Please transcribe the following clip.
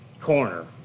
corner